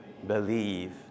Believe